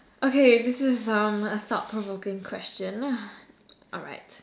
okay this is um a thought provoking question lah alright